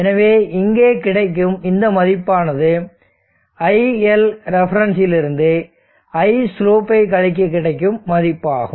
எனவே இங்கே கிடைக்கும் இந்த மதிப்பானது iLrefலிருந்து islope ஐ கழிக்க கிடைக்கும் மதிப்பாகும்